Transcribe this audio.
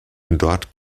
dort